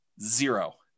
Zero